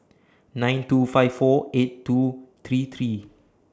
nine two five four eight two three three